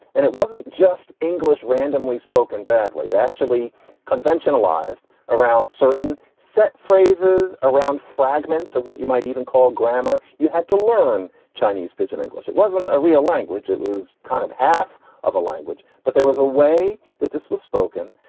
and it wasn't just english randomly spoken badly. it actually convention allies around certain set phrases, around fragments of what you might even call grammar. you had to learn chinese pidgin english. it wasn't a real language it was kind of half of a language. but there was a way that this was spoken.